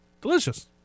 Delicious